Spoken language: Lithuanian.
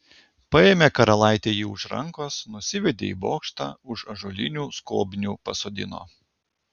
paėmė karalaitė jį už rankos nusivedė į bokštą už ąžuolinių skobnių pasodino